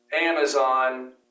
Amazon